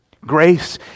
Grace